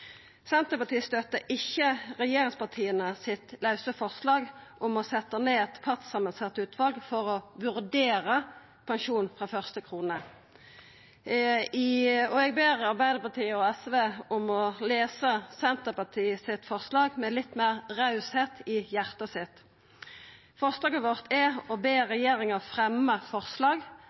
Senterpartiet støttar ikkje det lause forslaget frå regjeringspartia om å setja ned eit partsamansett utval for å vurdera pensjon frå første krone. Eg ber Arbeidarpartiet og SV om å lesa forslaget frå Senterpartiet litt meir raust, frå hjartet sitt. Forslaget vårt er å be regjeringa fremja forslag